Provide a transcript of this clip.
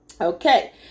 Okay